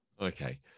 okay